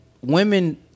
women